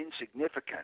insignificant